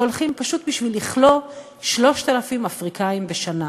שהולכים פשוט בשביל לכלוא 3,000 אפריקנים בשנה.